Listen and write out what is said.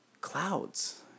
clouds